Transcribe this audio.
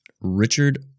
Richard